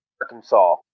Arkansas